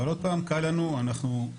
אבל עוד פעם, קל לנו, אנחנו,